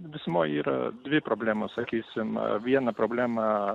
visumoj yra dvi problemos sakysim viena problema